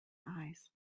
eyes